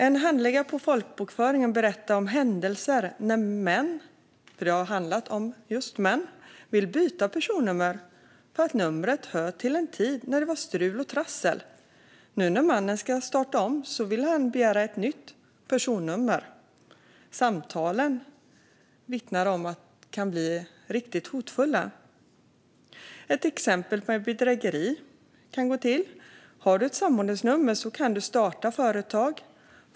En handläggare på folkbokföringen berättar om händelser när män - för det har handlat om just män - vill byta personnummer för att numret hör till en tid när det har varit strul och trassel. Nu när mannen ska starta om vill han begära ett nytt personnummer. Samtalen kan bli riktigt hotfulla. Jag vill ge exempel på hur ett bedrägeri kan gå till. Har du ett samordningsnummer kan du starta företag.